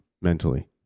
mentally